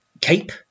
cape